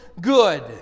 good